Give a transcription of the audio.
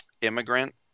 immigrant